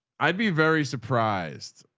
i'd be very surprised.